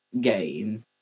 game